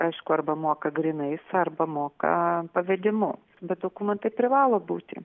aišku arba moka grynais arba moka pavedimu bet dokumentai privalo būti